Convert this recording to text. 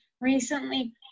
recently